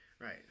right